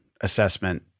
assessment